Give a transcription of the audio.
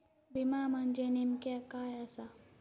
विमा म्हणजे नेमक्या काय आसा?